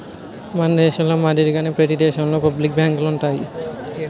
మన దేశంలో మాదిరిగానే ప్రతి దేశంలోనూ పబ్లిక్ బ్యాంకులు ఉంటాయి